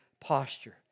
posture